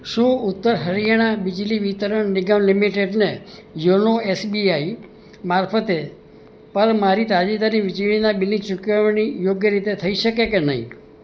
શું ઉત્તર હરિયાણા બિજલી વિતરણ નિગમ લિમિટેડને YONO SBI મારફતે પર મારી તાજેતરી વીજળીનાં બિલની ચુકવણી યોગ્ય રીતે થઈ છે કે નહીં